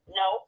no